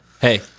Hey